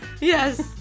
Yes